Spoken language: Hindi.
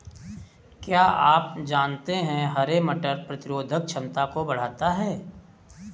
क्या आप जानते है हरे मटर प्रतिरोधक क्षमता को बढ़ाता है?